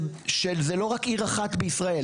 שזה לא רק עיר אחת בישראל,